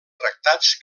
tractats